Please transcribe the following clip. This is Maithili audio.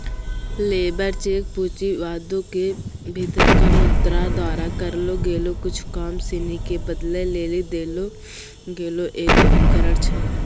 लेबर चेक पूँजीवादो के भीतरका मुद्रा द्वारा करलो गेलो कुछु काम सिनी के बदलै लेली देलो गेलो एगो उपकरण छै